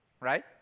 right